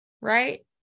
right